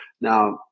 Now